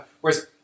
Whereas